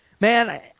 Man